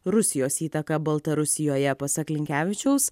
rusijos įtaką baltarusijoje pasak linkevičiaus